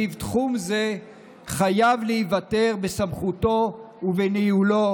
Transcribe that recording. שלפיו תחום זה חייב להיוותר בסמכותו ובניהולו